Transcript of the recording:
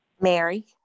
mary